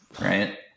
right